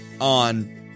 on